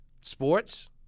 Sports